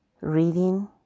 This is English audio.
reading